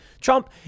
Trump